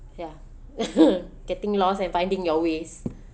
ya getting lost and finding your ways